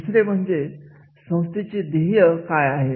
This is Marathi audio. दुसरे म्हणजे म्हणजे संस्थेची ध्येय काय आहे